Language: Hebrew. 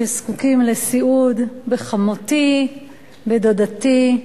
שזקוקים לסיעוד, בחמותי, בדודתי,